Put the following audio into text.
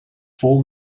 vol